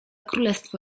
królestwo